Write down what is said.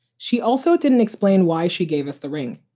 she also didn't explain why she gave us the ring.